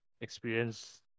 experience